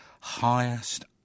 highest